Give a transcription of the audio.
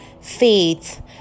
faith